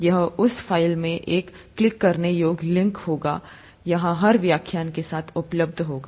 यह उस फ़ाइल में एक क्लिक करने योग्य लिंक होगा यह हर व्याख्यान के साथ उपलब्ध होगा